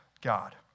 God